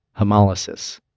hemolysis